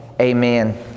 Amen